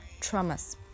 traumas